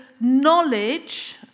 knowledge